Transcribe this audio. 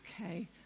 Okay